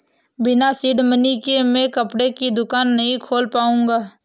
बिना seed money के मैं कपड़े की दुकान नही खोल पाऊंगा